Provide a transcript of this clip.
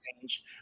change